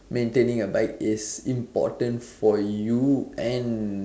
maintaining a bike is important for you and